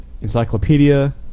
encyclopedia